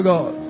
God